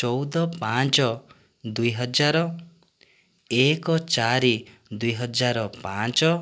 ଚଉଦ ପାଞ୍ଚ ଦୁଇ ହଜାର ଏକ ଚାରି ଦୁଇ ହଜାର ପାଞ୍ଚ